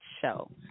show